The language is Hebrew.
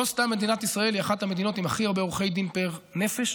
לא סתם מדינת ישראל היא אחת המדינות עם הכי הרבה עורכי דין פר נפש.